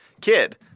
kid